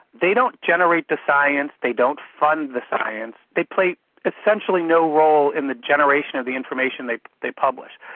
they don't generate the science, they don't fund the science, they play essentially no role in the generation of the information they they publish.